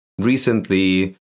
recently